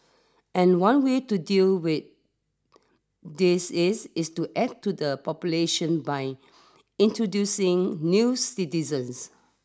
and one way to deal with this is is to add to the population by introducing new citizens